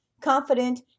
confident